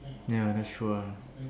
ya that's true ah